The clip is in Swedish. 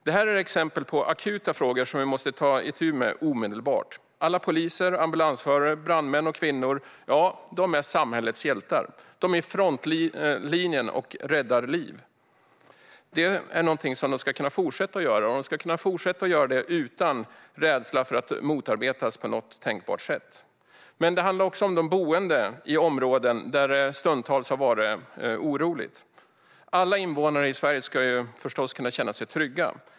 Detta är exempel på akuta frågor som vi måste ta itu med omedelbart. Alla poliser, ambulansförare, brandmän och brandkvinnor är samhällets hjältar. De är i frontlinjen och räddar liv. Det ska de kunna fortsätta att göra utan rädsla för att motarbetas på något tänkbart sätt. Men det handlar också om de boende i områden där det stundtals har varit oroligt. Alla invånare i Sverige ska förstås kunna känna sig trygga.